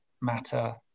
matter